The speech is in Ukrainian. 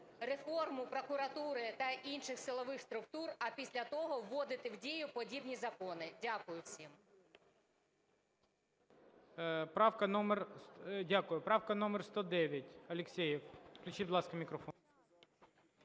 реформу прокуратури та інших силових структур, а після того вводити в дію подібні закони. Дякую всім.